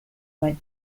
went